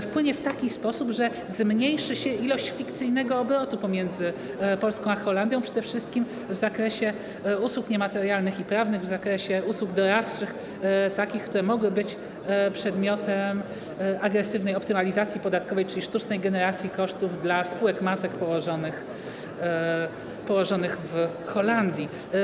Wpłynie w taki sposób, że zmniejszy się ilość fikcyjnego obrotu pomiędzy Polską a Holandią, przede wszystkim w zakresie usług niematerialnych i prawnych, w zakresie takich usług doradczych, które mogły być przedmiotem agresywnej optymalizacji podatkowej, czyli sztucznej generacji kosztów dla spółek matek położonych w Holandii.